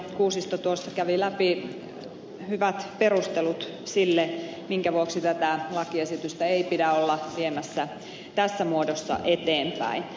kuusisto kävi läpi hyvät perustelut sille minkä vuoksi tätä lakiesitystä ei pidä olla viemässä tässä muodossa eteenpäin